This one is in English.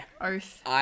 Oath